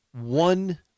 one